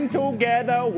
together